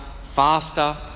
faster